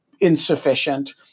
insufficient